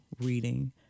reading